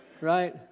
right